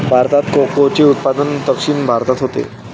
भारतात कोकोचे उत्पादन दक्षिण भारतात होते